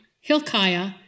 Hilkiah